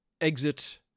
exit